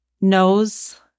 knows